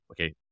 okay